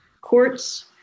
courts